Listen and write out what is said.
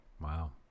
Wow